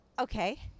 Okay